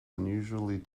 unusually